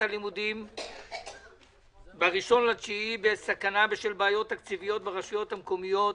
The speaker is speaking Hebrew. הלימודים ב-1.9 בסכנה בשל בעיות תקציביות ברשויות המקומיות,